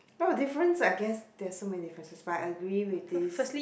oh difference I guess there are so many differences but I agree with this